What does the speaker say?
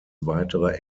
weitere